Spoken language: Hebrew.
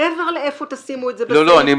מעבר לאיפה תשימו את זה ב- - -ואיך